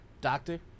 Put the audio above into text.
doctor